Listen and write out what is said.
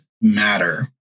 matter